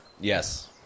Yes